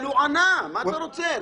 הוא הסביר.